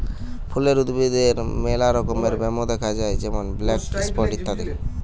ফুলের উদ্ভিদে মেলা রমকার ব্যামো দ্যাখা যায় যেমন ব্ল্যাক স্পট ইত্যাদি